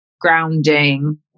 grounding